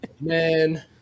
man